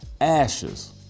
ashes